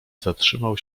zatrzymał